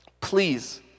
Please